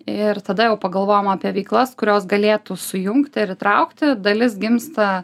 ir tada jau pagalvojom apie veiklas kurios galėtų sujungti ir įtraukti dalis gimsta